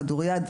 כדוריד,